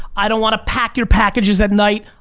i don't want to pack your packages at night,